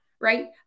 Right